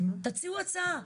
תציע הצעה.